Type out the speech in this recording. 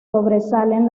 sobresalen